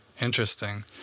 Interesting